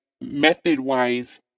method-wise